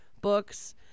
books